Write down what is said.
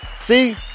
see